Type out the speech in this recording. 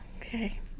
Okay